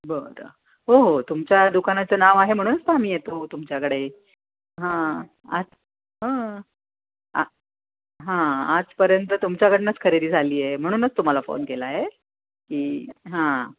बरं हो हो तुमच्या दुकानाचं नाव आहे म्हणूनच तर आम्ही येतो तुमच्याकडे हां आज हं आ हां आजपर्यंत तुमच्याकडनंच खरेदी झाली आहे म्हणूनच तुम्हाला फोन केला आहे की हां